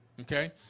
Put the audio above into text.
Okay